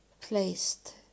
placed